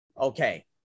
okay